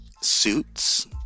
suits